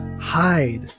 hide